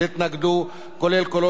כולל קולו של השר מרידור,